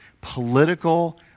political